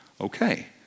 Okay